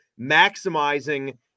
maximizing